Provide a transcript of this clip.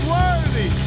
worthy